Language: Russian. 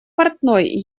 портной